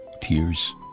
Tears